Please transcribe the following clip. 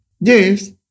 Yes